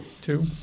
Two